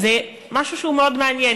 וזה משהו שהוא מאוד מעניין,